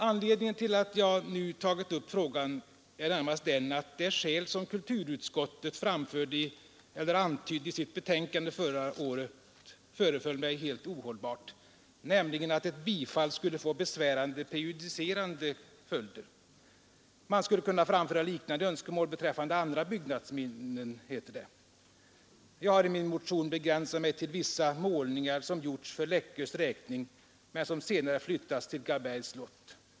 Anledningen till att jag nu tagit upp frågan är närmast den att det skäl som kulturutskottet framförde, eller antydde, i sitt betänkande förra året föreföll mig helt ohållbart, nämligen att ett bifall skulle få besvärande prejudicerande följder. Man skulle kunna framföra liknande önskemål beträffande andra byggnadsminnen, heter det, Jag har i min motion begränsat mig till vissa målningar som gjorts för Läckös räkning men som senare flyttats till Karlbergs slott.